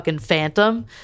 phantom